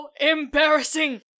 embarrassing